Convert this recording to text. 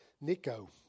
Nico